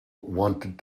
wanted